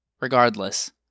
Regardless